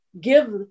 give